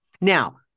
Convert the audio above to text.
Now